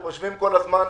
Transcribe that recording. חושבים כל הזמן.